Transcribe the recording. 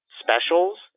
specials